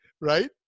right